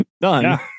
Done